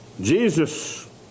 Jesus